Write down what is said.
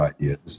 ideas